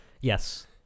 Yes